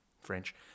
French